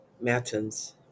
Matins